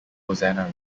rosanna